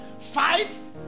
fights